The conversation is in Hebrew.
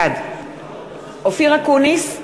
בעד אופיר אקוניס,